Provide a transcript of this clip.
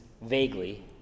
vaguely